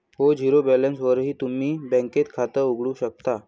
हो, झिरो बॅलन्सवरही तुम्ही बँकेत खातं उघडू शकता